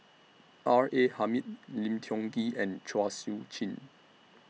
R A Hamid Lim Tiong Ghee and Chua Sian Chin